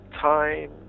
time